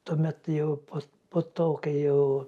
tuomet jau po to kai jau